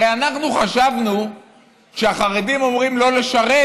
הרי אנחנו חשבנו שכשהחרדים אומרים לא לשרת,